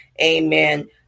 amen